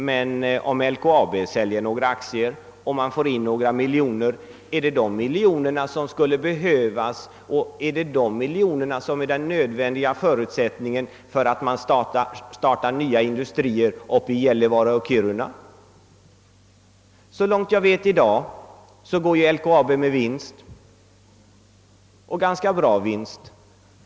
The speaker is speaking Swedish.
Men om LKAB säljer en del aktier och på det sättet får in några miljoner, är det de miljonerna som skulle vara den nödvändiga förutsättningen för att man startar nya industrier i Gällivare och Kiruna? Såvitt jag vet går LKAB med en ganska bra vinst.